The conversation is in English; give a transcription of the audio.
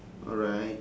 alright